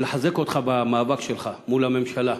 ולחזק אותך במאבק שלך מול הממשלה